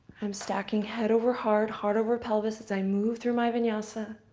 um stacking head over heart, heart over pelvis, as i move through my vinyasa.